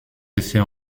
essais